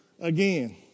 again